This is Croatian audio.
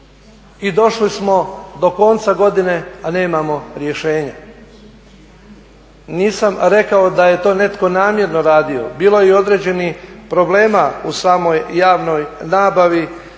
i došli smo do konca godine, a nemamo rješenja. Nisam rekao da je to netko namjerno radio. Bilo je i određenih problema u samoj javnoj nabavi,